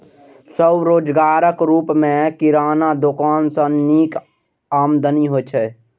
स्वरोजगारक रूप मे किराना दोकान सं नीक आमदनी होइ छै